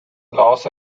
los